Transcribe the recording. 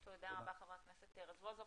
תודה רבה חבר הכנסת רזבוזוב.